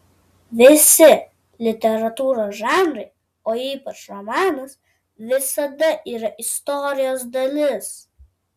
visi literatūros žanrai o ypač romanas visada yra istorijos dalis